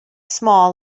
small